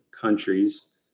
countries